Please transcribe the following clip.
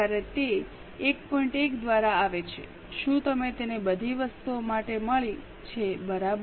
1 દ્વારા આવે છે શું તમે તેને બધી વસ્તુઓ માટે મળી છે બરાબર